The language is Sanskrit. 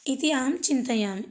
इति अहं चिन्तयामि